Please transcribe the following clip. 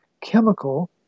chemical